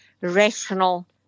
rational